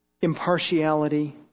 impartiality